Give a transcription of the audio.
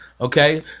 Okay